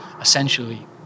essentially